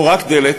או רק דל"ת,